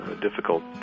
difficult